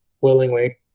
willingly